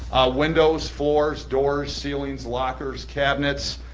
windows, floors, doors, ceilings, lockers, cabinets.